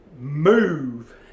move